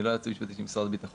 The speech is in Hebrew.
אני לא יועץ משפטי של משרד הביטחון.